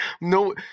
No